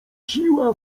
siła